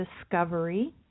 discovery